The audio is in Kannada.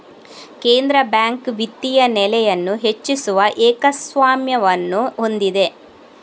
ಕೇಂದ್ರ ಬ್ಯಾಂಕ್ ವಿತ್ತೀಯ ನೆಲೆಯನ್ನು ಹೆಚ್ಚಿಸುವ ಏಕಸ್ವಾಮ್ಯವನ್ನು ಹೊಂದಿದೆ